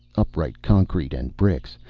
upright concrete and bricks.